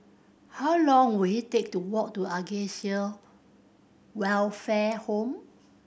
how long will it take to walk to Acacia Welfare Home